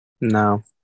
No